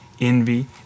envy